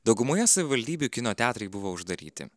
daugumoje savivaldybių kino teatrai buvo uždaryti